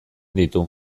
ditu